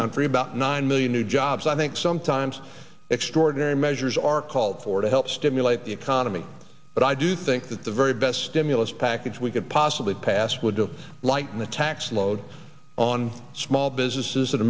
country about nine million new jobs i think sometimes extraordinary measures are called for to help stimulate the economy but i do think that the very best stimulus package we could possibly pass would do to lighten the tax load on small businesses